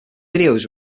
videos